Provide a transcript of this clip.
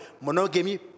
monogamy